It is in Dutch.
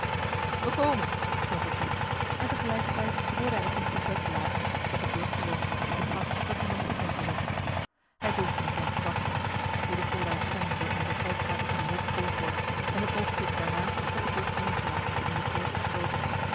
wij komen klonk het terug en tegelijkertijd hoorde hij op eene trompet blazen wat den burchtbewoners het sein gaf dat iemand toegang verzocht hij behoefde niet lang te wachten spoedig hoorde hij stemmen door een der kijkgaten van de hooge voorpoort en een oogenblik daarna werd de brug neêrgelaten en de poort ontsloten